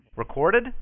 Recorded